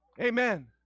Amen